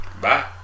Bye